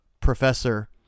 professor